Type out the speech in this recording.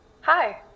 Hi